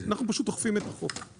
אנחנו פשוט אוכפים את החוק.